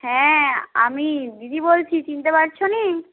হ্যাঁ আমি দিদি বলছি চিনতে পারছো না